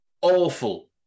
awful